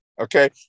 Okay